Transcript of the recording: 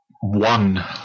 One